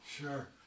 sure